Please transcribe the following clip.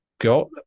got